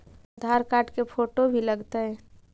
आधार card के photo भी लग तै?